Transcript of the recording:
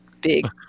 big